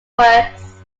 works